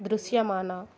దృశ్యమాన